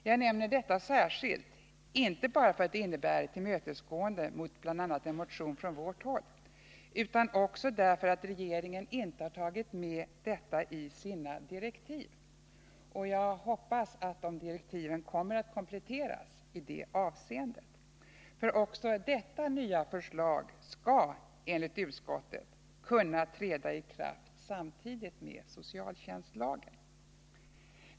Jag nämner detta särskilt, inte bara för att det innebär tillmötesgående mot bl.a. en motion från vårt håll, utan också därför att regeringen inte tagit med detta i sina direktiv. Jag hoppas att direktiven kommer att kompletteras i det avseendet, för också detta nya förslag skall enligt utskottet kunna träda i kraft samtidigt med socialtjänstlagen.